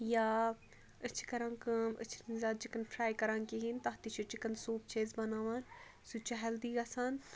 یا أسۍ چھِ کَران کٲم أسۍ چھِ نہٕ زیادٕ چِکَن فرٛاے کَران کِہیٖنٛۍ تَتھ تہِ چھِ چِکَن سوٗپ چھِ أسۍ بَناوان سُہ تہِ چھُ ہیٚلدی گَژھان